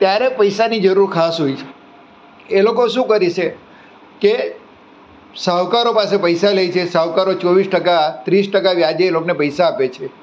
ત્યારે પૈસાની જરૂર ખાસ હોય છે એ લોકો શુ કરશે કે શાહુકારો પાસે પૈસા લે છે શાહુકારો ચોવીસ ટકા ત્રીસ ટકા વ્યાજે એ લોકોને પૈસા આપે છે